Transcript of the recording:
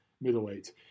middleweight